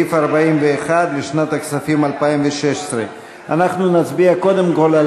41 לשנת הכספים 2016. אנחנו נצביע קודם כול על